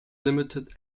limited